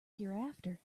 hereafter